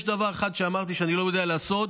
יש דבר אחד שאמרתי שאני לא יודע לעשות: